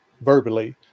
verbally